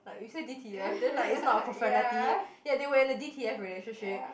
like you say D_T_F then like it's not a profanity ya they were in a D_T_F relationship